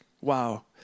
wow